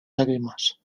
lágrimas